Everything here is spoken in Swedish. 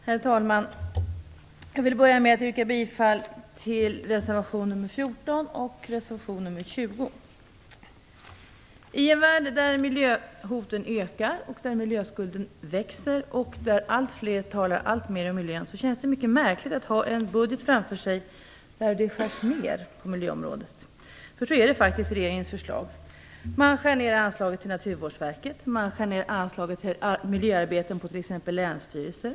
Herr talman! Jag börjar med att yrka bifall till reservationerna 14 och 20. I en värld där miljöhoten ökar och miljöskulden växer och där allt fler talar alltmer om miljön känns det mycket märkligt att ha en budget framför sig där det skärs ner på miljöområdet. Så är det faktiskt med regeringens förslag. Man skär ner på anslaget till Naturvårdsverket. Man skär ner på anslaget för miljöarbete på t.ex. länsstyrelser.